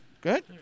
good